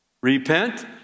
Repent